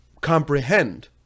comprehend